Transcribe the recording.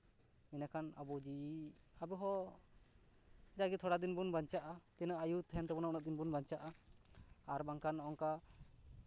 ᱮᱸᱰᱮᱠᱷᱟᱱ ᱟᱵᱚ ᱡᱤᱣᱤ ᱟᱵᱚᱦᱚᱸ ᱡᱟᱜᱮ ᱛᱷᱚᱲᱟ ᱫᱤᱱ ᱵᱚᱱ ᱵᱟᱧᱪᱟᱜᱼᱟ ᱛᱤᱱᱟᱹᱜ ᱟᱹᱭᱩ ᱛᱟᱦᱮᱱ ᱛᱟᱵᱚᱱᱟ ᱩᱱᱟᱹᱜ ᱫᱤᱱ ᱵᱚᱱ ᱵᱟᱧᱪᱟᱜᱼᱟ ᱟᱨ ᱵᱟᱝᱠᱷᱟᱱ ᱱᱚᱜ ᱚᱝᱠᱟ